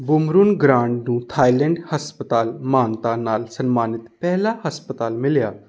Bumrungrad ਨੂੰ Thailand ਹਸਪਤਾਲ ਮਾਨਤਾ ਨਾਲ ਸਨਮਾਨਿਤ ਪਹਿਲਾ ਹਸਪਤਾਲ ਮਿਲਿਆ